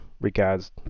regards